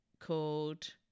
called